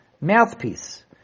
mouthpiece